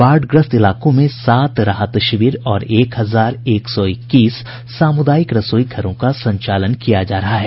बाढ़ग्रस्त इलाकों में सात राहत शिविर और एक हजार एक सौ इक्कीस सामुदायिक रसोई घरों का संचालन किया जा रहा है